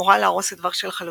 הורה להרוס את ורשה לחלוטין,